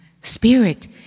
spirit